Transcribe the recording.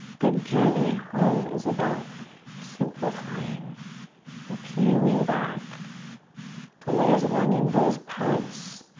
the journey home is about simplifying and peeling back the layers of the onion. those parts,